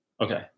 okay